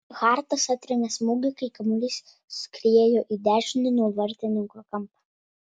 hartas atrėmė smūgį kai kamuolys skriejo į dešinį nuo vartininko kampą